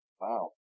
Wow